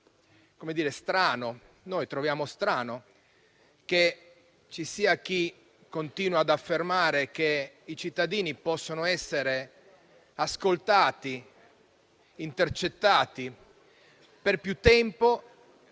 cittadini. Noi troviamo strano che ci sia chi continui ad affermare che i cittadini possano essere ascoltati e intercettati per più tempo,